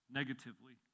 negatively